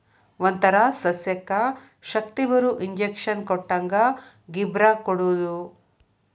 ಒಂತರಾ ಸಸ್ಯಕ್ಕ ಶಕ್ತಿಬರು ಇಂಜೆಕ್ಷನ್ ಕೊಟ್ಟಂಗ ಗಿಬ್ಬರಾ ಕೊಡುದು